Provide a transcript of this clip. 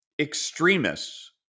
extremists